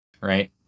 right